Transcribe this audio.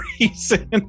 reason